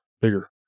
bigger